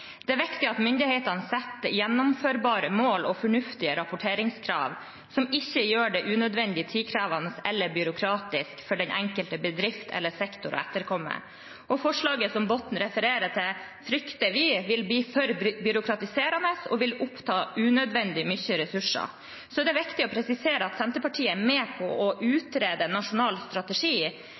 det er for inngripende. Det er viktig at myndighetene setter gjennomførbare mål og fornuftige rapporteringskrav som ikke er unødvendig byråkratiske eller tidkrevende for den enkelte bedrift eller sektor å etterkomme. Forslaget som Botten refererer til, frykter vi vil bli for byråkratiserende og oppta unødvendig mye ressurser. Det er viktig å presisere at Senterpartiet er med på å utrede en nasjonal strategi.